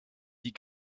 die